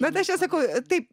bet aš čia sakau taip